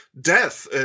Death